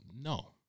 No